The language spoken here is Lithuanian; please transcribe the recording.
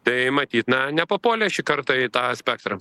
tai matyt na nepapuolė šį kartą į tą spektrą